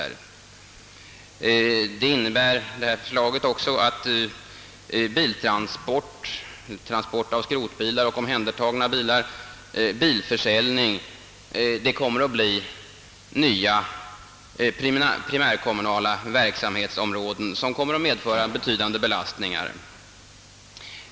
Förslaget innebär också att transport av skrotbilar och omhändertagna bilar samt försäljning av sådana kommer att bli nya primärkommunala verksamhetsområden som medför betydande belastningar.